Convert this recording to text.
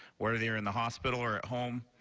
whether they're in the hospital or home,